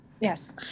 Yes